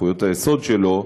זכויות היסוד שלו,